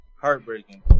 Heartbreaking